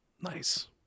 Nice